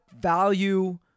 value